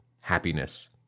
happiness